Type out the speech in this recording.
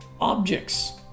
objects